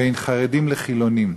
בין חרדים לחילונים,